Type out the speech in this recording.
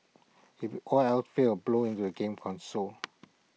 if all else fails blow into A game console